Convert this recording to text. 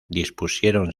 dispusieron